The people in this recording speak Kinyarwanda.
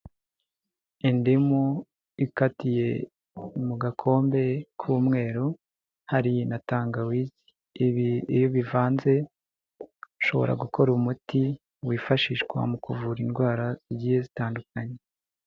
Indimu ikatiye mu gakombe k'umweru, hari na tangawizi, ibi iyo ubivanze ushobora gukora umuti wifashishwa mu kuvura indwara zigiye zitandukanye.